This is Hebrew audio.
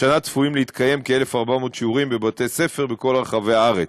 השנה צפויים להתקיים כ-1,400 שיעורים בבתי-ספר בכל רחבי הארץ.